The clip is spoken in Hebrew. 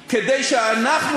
ועכשיו אתה מטביע את זה בים.